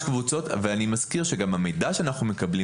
יש קבוצות אני מזכיר גם שהמידע שאנחנו מקבלים